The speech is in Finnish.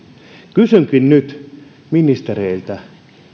kysynkin nyt ministereiltä